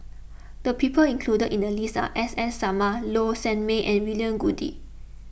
the people included in the list are S S Sarma Low Sanmay and William Goode